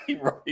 Right